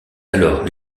alors